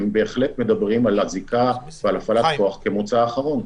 הן בהחלט מדברות על אזיקה ועל הפעלת כוח כמוצא אחרון,